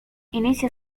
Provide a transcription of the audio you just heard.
inició